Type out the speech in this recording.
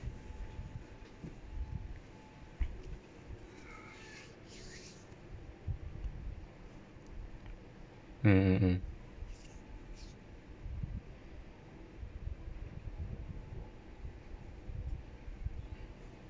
mm mm mm